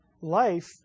Life